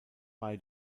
bei